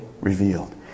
revealed